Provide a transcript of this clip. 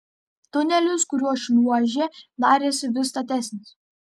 tunelis kuriuo šliuožė darėsi vis statesnis